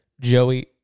Joey